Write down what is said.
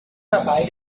dabei